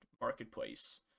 marketplace